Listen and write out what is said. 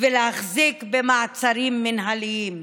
ולהחזיק במעצרים מינהליים.